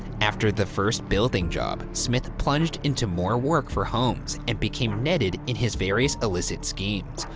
after the first building job, smith plunged into more work for holmes and became netted in his various, illicit schemes.